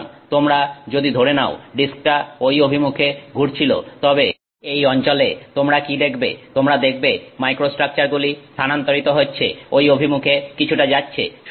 সুতরাং তোমরা যদি ধরে নাও ডিস্কটা ঐ অভিমুখে ঘুরছিল তবে এই অঞ্চলে তোমরা কী দেখবে তোমরা দেখবে মাইক্রোস্ট্রাকচারগুলি স্থানান্তরিত হচ্ছে ঐ অভিমুখে কিছুটা যাচ্ছে